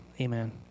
Amen